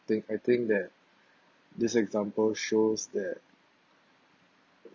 that I think that this example shows that